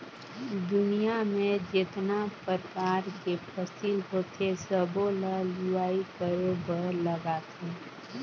दुनियां में जेतना परकार के फसिल होथे सबो ल लूवाई करे बर लागथे